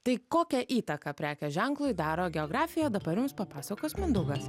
tai kokią įtaką prekės ženklui daro geografija dabar jums papasakos mindaugas